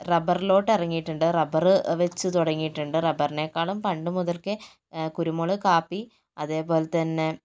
റബ്ബറിലോട്ട് ഇറങ്ങിയിട്ടുണ്ട് റബ്ബർ വെച്ച് തുടങ്ങിയിട്ടുണ്ട് റബ്ബറിനെക്കാളും പണ്ട് മുതൽക്കേ കുരുമുളക് കാപ്പി അതേപോലെ തന്നെ